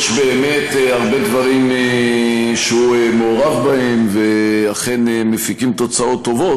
יש באמת הרבה דברים שהוא מעורב בהם ואכן מפיקים תוצאות טובות,